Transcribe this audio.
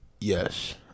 Yes